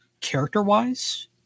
character-wise